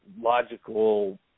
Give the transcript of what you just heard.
logical